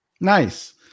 Nice